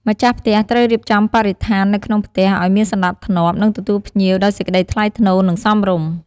ម្ចាស់ផ្ទះត្រូវរៀបចំបរិស្ថាននៅក្នុងផ្ទះឱ្យមានសណ្តាប់ធ្នាប់ និងទទួលភ្ញៀវដោយសេចក្ដីថ្លៃថ្លូរ និងសមរម្យ។